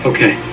Okay